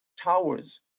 towers